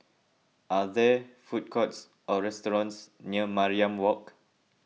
are there food courts or restaurants near Mariam Walk